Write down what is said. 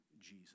Jesus